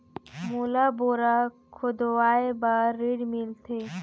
मोला बोरा खोदवाय बार ऋण मिलथे?